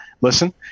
listen